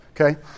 Okay